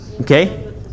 Okay